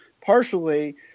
partially